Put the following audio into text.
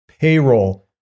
payroll